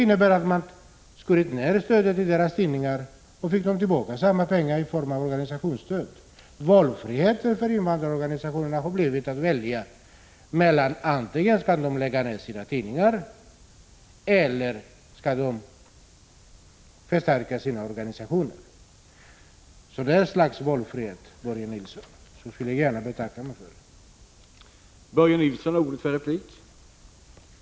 Jo, att man skär ned stödet till deras tidningar och ger tillbaka samma pengar i form av organisationsstöd. Valfriheten för invandrarorganisationerna har blivit den att de kan välja mellan att antingen lägga ned sina tidningar eller försvaga sina organisationer. Det är det slaget av valfrihet, Börje Nilsson, som jag skulle vilja betacka mig för.